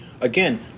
again